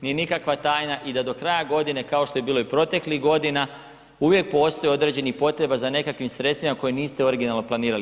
Nije nikakva tajna i da do kraja godine, kao što je bilo i proteklih godina, uvijek postoji određenih potreba za nekakvim sredstvima koje niste originalno planirali.